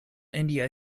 india